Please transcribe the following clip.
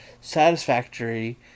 satisfactory